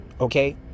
okay